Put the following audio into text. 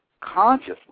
consciously